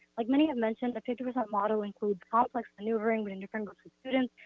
like many have mentioned, the fifty percent model includes complex maneuvering within different groups of students,